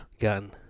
Gun